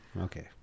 Okay